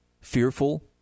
fearful